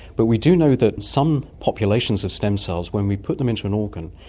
but we do know that some populations of stem cells, when we put them into an organ,